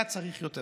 היה צריך יותר.